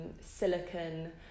Silicon